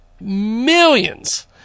millions